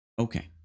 Okay